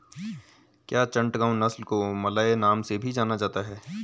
क्या चटगांव नस्ल को मलय नाम से भी जाना जाता है?